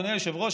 אדוני היושב-ראש,